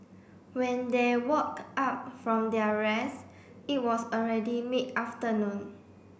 when they woke up from their rest it was already mid afternoon